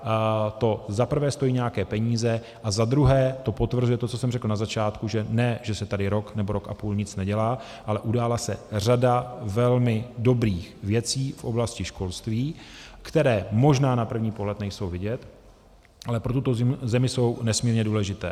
A to zaprvé stojí nějaké peníze a zadruhé to potvrzuje to, co jsem řekl na začátku, že ne že se tady rok nebo rok a půl nic nedělá, ale udělala se řada velmi dobrých věcí v oblasti školství, které možná na první pohled nejsou vidět, ale pro tuto zemi jsou nesmírně důležité.